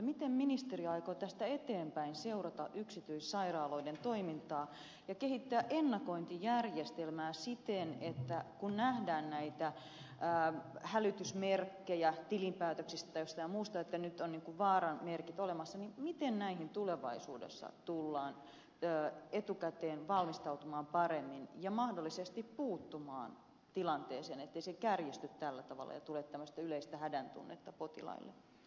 miten ministeriö aikoo tästä eteenpäin seurata yksityissairaaloiden toimintaa ja kehittää ennakointijärjestelmää siten että kun nähdään näitä hälytysmerkkejä tilinpäätöksistä tai jostain muusta että nyt on vaaran merkit olemassa niin tulevaisuudessa voidaan etukäteen valmistautua paremmin ja mahdollisesti puuttua tilanteeseen ettei se kärjisty tällä tavalla ja tule tämmöistä yleistä hädän tunnetta potilaille